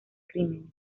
crimen